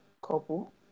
couple